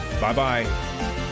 Bye-bye